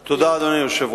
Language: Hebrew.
תודה, אדוני היושב-ראש.